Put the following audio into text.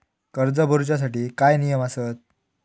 कर्ज भरूच्या साठी काय नियम आसत?